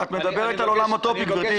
את מדברת על עולם אוטופי, גברתי.